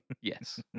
Yes